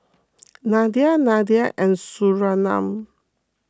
Nadia Nadia and Surinam